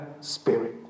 spirit